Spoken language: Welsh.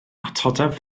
atodaf